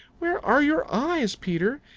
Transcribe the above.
where are your eyes, peter?